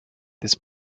this